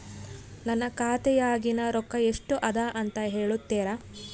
ನನ್ನ ಖಾತೆಯಾಗಿನ ರೊಕ್ಕ ಎಷ್ಟು ಅದಾ ಅಂತಾ ಹೇಳುತ್ತೇರಾ?